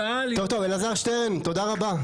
טוב, טוב, אלעזר שטרן, תודה רבה.